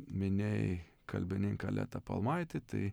minėjai kalbininką letą palmaitį tai